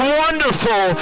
wonderful